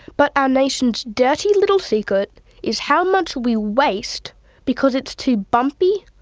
but our nation's dirty little secret is how much we waste because it's too bumpy,